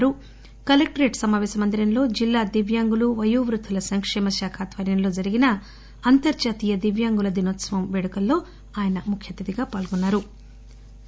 శుక్రవారం కలెక్టరేట్ సమాపేశ మందిరంలో జిల్లా దివ్యాంగుల వయోవృద్దుల సంకేమ శాఖ ఆధ్వర్యంలో నిర్వహించిన అంతర్జాతీయ దివ్యాంగుల దినోత్సవ వేడుకల్లో ఆయన ముఖ్య అతిథిగా పాల్గొన్నారు